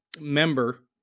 member